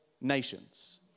nations